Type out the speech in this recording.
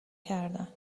کردن